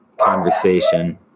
conversation